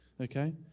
Okay